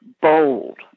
bold